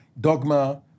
dogma